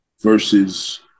versus